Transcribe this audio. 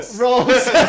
Rolls